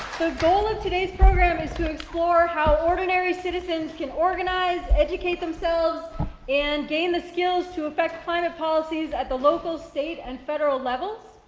goal of today's program is to explore how ordinary citizens can organize, educate themselves and gain the skills to affect climate policies at the local, state and federal levels.